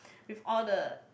with all the